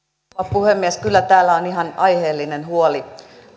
puhemies kyllä täällä on ihan aiheellinen huoli